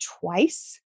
twice